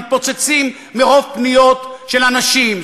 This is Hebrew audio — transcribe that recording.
מתפוצצים מרוב פניות של אנשים,